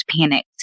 panicked